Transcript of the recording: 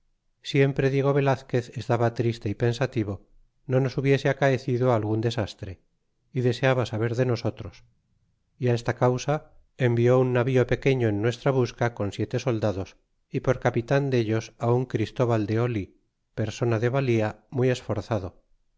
siempre diego velazquez estaba triste y pensativo no nos hubiese acaecido algun desastre y deseaba saber de nosotros y esta causa envió un navío pequeño en nuestra busca con siete soldados y por capitan dellos un christóval de oh persona de valía muy esforzado